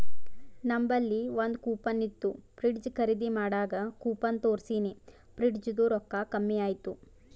ನಂಬಲ್ಲಿ ಒಂದ್ ಕೂಪನ್ ಇತ್ತು ಫ್ರಿಡ್ಜ್ ಖರ್ದಿ ಮಾಡಾಗ್ ಕೂಪನ್ ತೋರ್ಸಿನಿ ಫ್ರಿಡ್ಜದು ರೊಕ್ಕಾ ಕಮ್ಮಿ ಆಯ್ತು